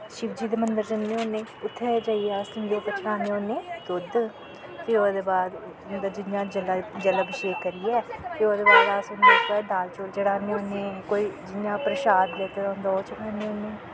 शिवजी दे मन्दर जन्ने होन्ने उत्थै जाइयै अस उंदे पर चढ़ाने होंन्ने दुध्द फ्ही ओह्दे बाद जि'यां जल अभिषेक करियै फ्ही ओह्दे बाद अस दाल चौल चढ़ान्ने होन्ने कोई जियां परशाद लेते दा होंदा ओह् चढ़ान्ने होन्ने